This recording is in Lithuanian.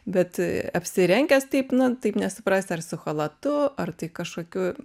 bet apsirengęs taip na taip nesuprasi ar su chalatu ar kažkokiu